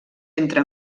entre